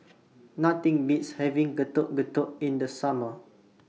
Nothing Beats having Getuk Getuk in The Summer